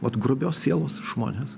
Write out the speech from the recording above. vat grubios sielos žmonės